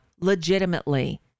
legitimately